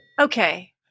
Okay